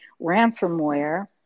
ransomware